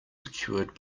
secured